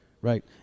Right